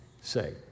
say